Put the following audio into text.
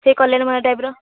ସେ କଲ୍ୟାଣୀ ମଣ୍ଡପ ଟାଇପ୍ର